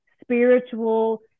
spiritual